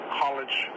college